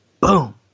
boom